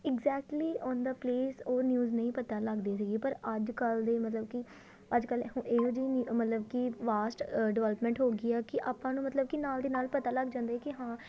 exactly on the place ਉਹ news ਨਹੀਂ ਪਤਾ ਲੱਗਦੀ ਸੀਗੀ ਪਰ ਅੱਜ ਕੱਲ੍ਹ ਦੇ ਮਤਲਬ ਕਿ ਅੱਜ ਕੱਲ੍ਹ ਇਹੋ ਇਹੋ ਜਿਹੀ ਮ ਮਤਲਬ ਕਿ ਵਾਸਟ ਡਿਵੈਲਪਮੈਂਟ ਹੋ ਗਈ ਆ ਕਿ ਆਪਾਂ ਨੂੰ ਮਤਲਬ ਕਿ ਨਾਲ ਦੀ ਨਾਲ ਪਤਾ ਲੱਗ ਜਾਂਦਾ ਕਿ ਹਾਂ